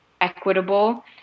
equitable